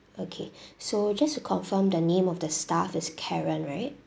okay so just to confirm the name of the staff is karen right